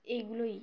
এইগুলোই